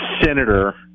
senator